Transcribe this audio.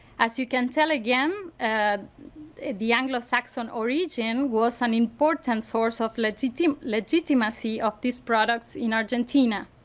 as you can tell again, ah the anglo-saxon origin was an important source of legitimacy legitimacy of these products in argentina.